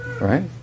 right